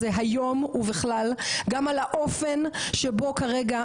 דיון ענייני אופיר,